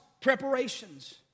preparations